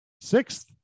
sixth